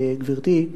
גברתי,